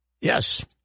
Yes